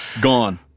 gone